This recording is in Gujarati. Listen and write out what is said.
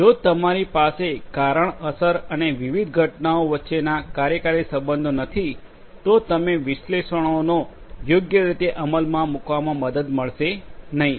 જો તમારી પાસે કારણ અસર અને વિવિધ ઘટનાઓ વચ્ચેના કાર્યકારી સંબંધો નથી તો તમે વિશ્લેષણોને યોગ્ય રીતે અમલમાં મૂકવામાં મદદ મળશે નહીં